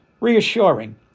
reassuring